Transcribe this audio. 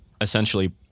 essentially